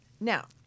Now